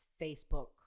Facebook